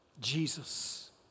Jesus